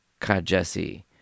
Kajesi